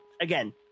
again